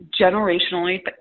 generationally